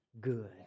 good